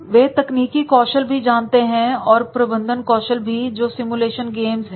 वे तकनीकी कौशल भी जानते हैं और प्रबंधन कौशल भी जो सिमुलेशन गेम्स है